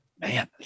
Man